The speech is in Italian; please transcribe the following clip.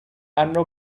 hanno